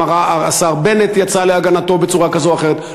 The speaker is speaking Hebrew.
גם השר בנט יצא להגנתו בצורה כזאת או אחרת.